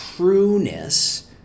trueness